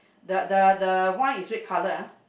the the the wine is red colour ah